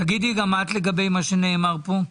תגידי גם את לגבי מה שנאמר פה,